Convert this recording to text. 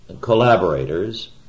collaborators